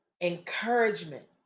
encouragement